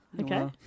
Okay